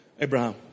Abraham